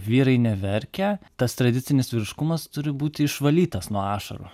vyrai neverkia tas tradicinis vyriškumas turi būti išvalytas nuo ašarų